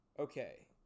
Okay